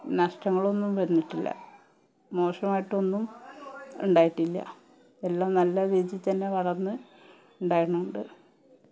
നഷ്ട്ടങ്ങളൊന്നും വന്നിട്ടില്ല മോശമായിട്ടൊന്നും ഉണ്ടായിട്ടില്ല എല്ലോം നല്ല രീതിയിൽ തന്നെ വളർന്ന് ഉണ്ടായിരുന്നോണ്ട്